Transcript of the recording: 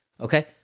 Okay